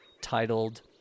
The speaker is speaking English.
titled